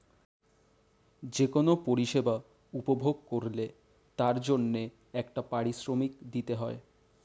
যে কোন পরিষেবা উপভোগ করলে তার জন্যে একটা পারিশ্রমিক দিতে হয়